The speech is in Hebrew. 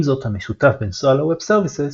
עם זאת המשותף בין SOA ל-Web Services,